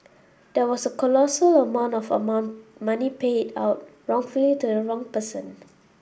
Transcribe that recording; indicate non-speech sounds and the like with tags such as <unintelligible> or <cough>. there was a colossal amount of a <unintelligible> money paid out wrongfully to the wrong person